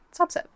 subset